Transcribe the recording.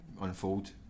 unfold